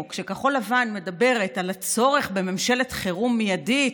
כשכחול לבן מדברת על הצורך בממשלת חירום מיידית,